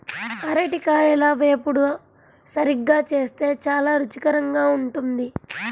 అరటికాయల వేపుడు సరిగ్గా చేస్తే చాలా రుచికరంగా ఉంటుంది